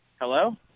Hello